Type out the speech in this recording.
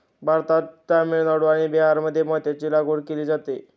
भारतात तामिळनाडू आणि बिहारमध्ये मोत्यांची लागवड केली जाते